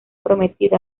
prometida